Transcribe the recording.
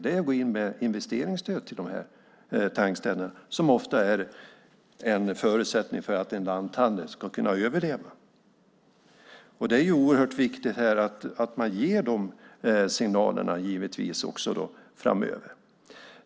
Det är att gå in med investeringsstöd till dessa tankställen som ofta är en förutsättning för att en lanthandel ska överleva. Det är givetvis viktigt att man ger de signalerna framöver.